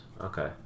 Okay